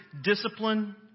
discipline